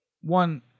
One